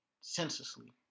senselessly